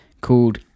called